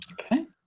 Okay